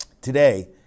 Today